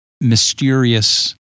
mysterious